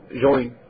join